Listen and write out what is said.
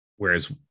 whereas